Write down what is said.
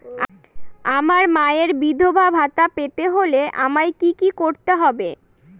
আমার মায়ের বিধবা ভাতা পেতে হলে আমায় কি কি করতে হবে?